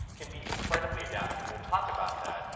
can be incredibly adaptive. we'll talk about that.